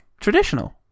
traditional